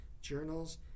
journals